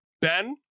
Ben